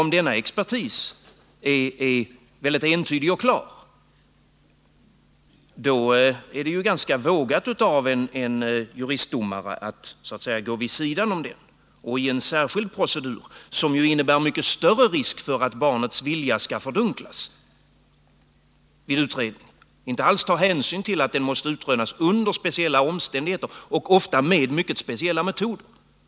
Om denna expertis är mycket entydig och klar är det ganska vågat av en juristdomare att så att säga gå vid sidan av expertisen och i en särskild procedur, som ju innebär mycket större risk för att barnets vilja skall fördunklas i utredningen, inte alls ta hänsyn till att undersökningen måste ske under speciella omständigheter och ofta med speciella metoder.